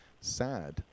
sad